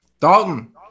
Dalton